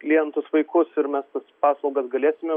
klientus vaikus ir mes tas paslaugas galėsime